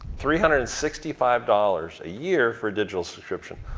three hundred and sixty five dollars a year for digital subscription.